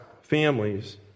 families